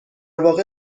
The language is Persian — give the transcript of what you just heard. واقع